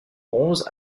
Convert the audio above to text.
bronze